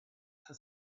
for